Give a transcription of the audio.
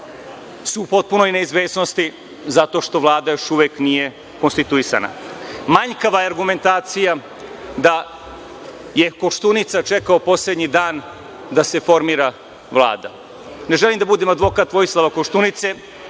su u potpunoj neizvesnosti zato što Vlada još uvek nije konstituisana. Manjkava je argumentacija da je Koštunica čekao poslednji dan da se formira Vlada. Ne želim da budem advokat Vojislava Koštunice,